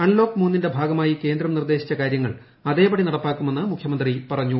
unlock മൂന്നിന്റെ ഭാഗമായി കേന്ദ്രം നിർദ്ദേശിച്ച കാര്യങ്ങൾ അതേപടി നടപ്പാക്കുമെന്ന് മുഖ്യമന്ത്രി പറഞ്ഞു